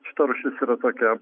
šita rūšis yra tokia